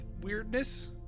weirdness